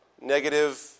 Negative